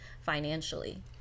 financially